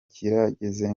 kirageze